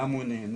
למה הוא נהנה?